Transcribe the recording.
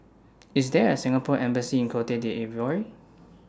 IS There A Singapore Embassy in Cote D'Ivoire